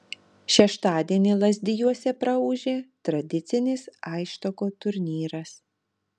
šeštadienį lazdijuose praūžė tradicinis aisštoko turnyras